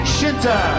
Shinta